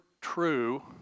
true